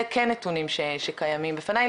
זה כן נתונים שקיימים בפניי,